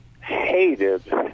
hated